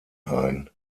ein